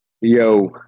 Yo